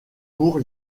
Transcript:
pour